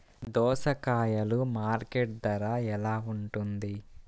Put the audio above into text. దోసకాయలు మార్కెట్ ధర ఎలా ఉంటుంది?